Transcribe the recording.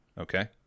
okay